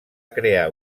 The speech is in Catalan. crear